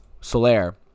Soler